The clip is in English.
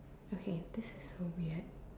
okay this is so weird